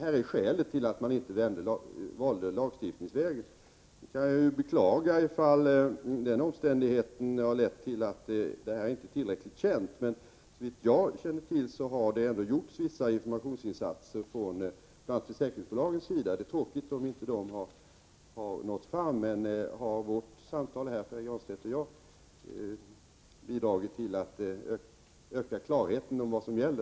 Om de omständigheter som gäller inte blivit tillräckligt kända, beklagar jag det, men såvitt jag känner till har det ändå gjorts vissa informationsinsatser från bl.a. försäkringsbolagens sida. Det är tråkigt om informationen inte har nått fram, men jag hoppas att Pär Granstedts och mitt samtal här har bidragit till att öka klarheten om vad som gäller.